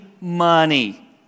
money